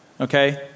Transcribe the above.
okay